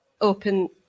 open